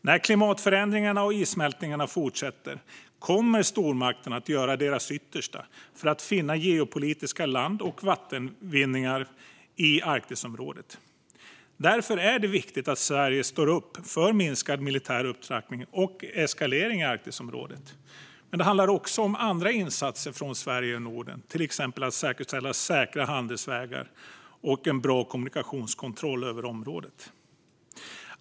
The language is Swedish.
När klimatförändringarna och issmältningen fortsätter kommer stormakterna att göra sitt yttersta för att finna geopolitiska land och vattenvinningar i Arktisområdet. Därför är det viktigt att Sverige står upp för minskad militär upptrappning och eskalering i Arktisområdet. Men det handlar också om andra insatser från Sverige och Norden, till exempel att säkerställa säkra handelsvägar och en bra kommunikationskontroll över området.